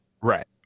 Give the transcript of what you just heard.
Right